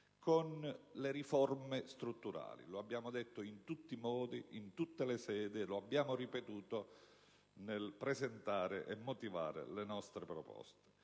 con le riforme strutturali, come abbiamo detto in tutti i modi e in tutte le sedi e abbiamo ripetuto nel presentare e motivare le nostre proposte: